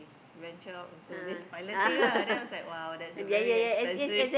venture out into this pilot thing ah then I was like !wow! that's a very expensive